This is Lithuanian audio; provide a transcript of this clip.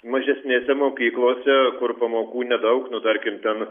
mažesnėse mokyklose kur pamokų nedaug nu tarkim ten